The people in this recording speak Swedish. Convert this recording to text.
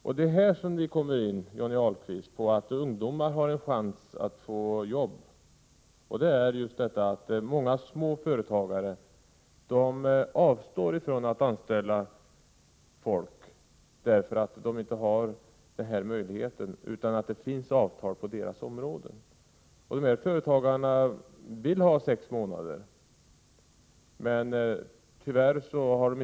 Och det är i detta sammanhang, Johnny Ahlqvist, som vi kommer in på att ungdomar genom provanställning har chans att få jobb. Många små företagare avstår nämligen från att anställa folk, om de inte har denna möjlighet till provanställning. Dessa företagare vill ha sex månaders provanställning.